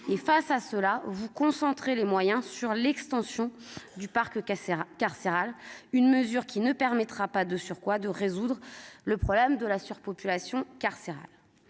Face à cela, vous concentrez les moyens sur l'extension du parc carcéral, une mesure qui, de surcroît, ne permettra pas de résoudre le problème de la surpopulation. À ce